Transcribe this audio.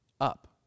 up